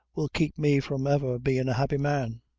will keep me from ever bein' a happy man.